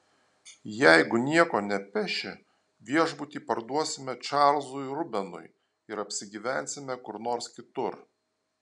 jeigu nieko nepeši viešbutį parduosime čarlzui rubenui ir apsigyvensime kur nors kitur